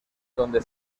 donde